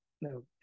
No